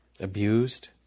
abused